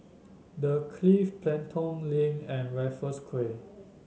The Clift Pelton Link and Raffles Quay